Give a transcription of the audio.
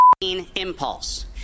impulse